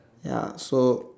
ya so